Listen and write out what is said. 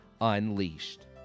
Unleashed